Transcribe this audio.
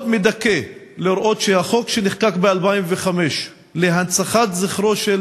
מאוד מדכא לראות שהחוק שנחקק ב-2005 להנצחת זכרו של